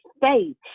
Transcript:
faith